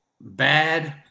bad